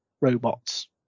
Robots